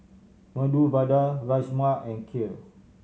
Medu Vada Rajma and Kheer